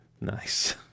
Nice